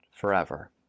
forever